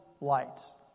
lights